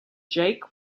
jake